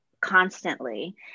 constantly